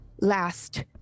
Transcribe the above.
last